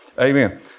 Amen